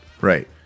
Right